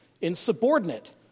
Insubordinate